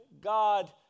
God